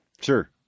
Sure